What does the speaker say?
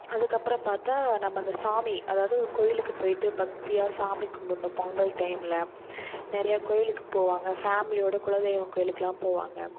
அதுக்கப்பறம் பார்த்தா நம்ம அந்த சாமி அதாவது கோவிலுக்கு போய்ட்டு பக்தியாக சாமி கும்புடணும் பொங்கல் டைம்ல நிறைய கோவிலுக்கு போவாங்க ஃபேம்லியோட குலதெய்வம் கோவிலுக்குலாம் போவாங்க